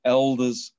elders